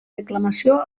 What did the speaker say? declamació